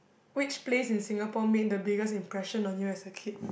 which place in Singapore made the biggest impression on you as a kid